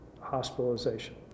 hospitalization